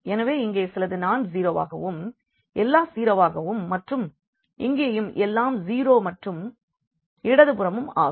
எனவே இங்கே சிலது நான் ஸீரோவாகவும் எல்லாம் ஸீரோவாகவும் மற்றும் இங்கேயும் எல்லாம் 0 மற்றும் இங்கேயும் எல்லாம் 0 மற்றும் இடதுபுறமும் 0 ஆகும்